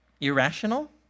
irrational